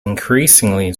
increasingly